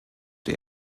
der